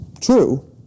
true